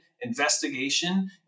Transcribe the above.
investigation